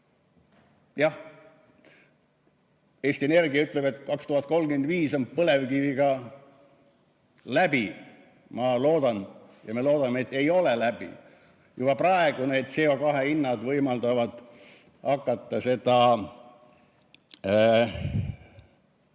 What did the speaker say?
Eesti Energia ütleb, et 2035 on põlevkiviga läbi. Ma loodan ja me loodame, et ei ole läbi. Juba praegu CO2hinnad võimaldavad hakata sellele